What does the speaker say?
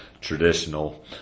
traditional